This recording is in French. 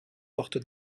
porte